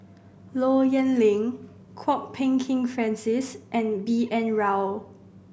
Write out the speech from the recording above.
Low Yen Ling Kwok Peng Kin Francis and B N Rao